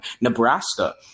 Nebraska